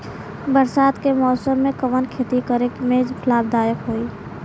बरसात के मौसम में कवन खेती करे में लाभदायक होयी?